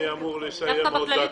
דווקא בכללית,